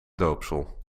doopsel